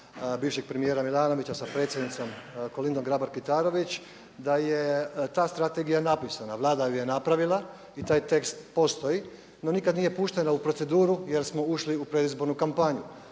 bivšeg premijera Milanovića sa predsjednicom Kolindom Grabar-Kitarović da je ta strategija napisana. Vlada ju je napravila i taj tekst postoji. No, nikad nije puštena u proceduru jer smo ušli u predizbornu kampanju.